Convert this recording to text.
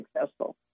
successful